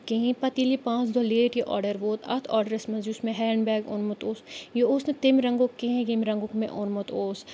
کِہیٖنۍ پَتہٕ ییٚلہِ یہِ پانٛژھ دۄہ لیٹ یہِ آرڈَر ووت اَتھ آڈرَس منٛز یُس مےٚ ہینٛڈ بیگ اوٚنمُت اوس یہِ اوس نہٕ تمہِ رنٛگُک کینٛہہ ییٚمہِ رنٛگُک مےٚ اوٚنمُت اوس